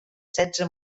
setze